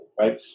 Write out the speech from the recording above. right